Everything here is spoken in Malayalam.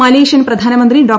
മലേഷ്യൻ പ്രധാനമന്ത്രി ഡോ